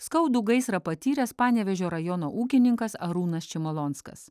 skaudų gaisrą patyręs panevėžio rajono ūkininkas arūnas čimolonskas